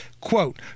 quote